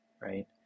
right